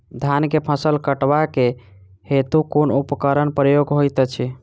धान केँ फसल कटवा केँ हेतु कुन उपकरणक प्रयोग होइत अछि?